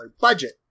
budget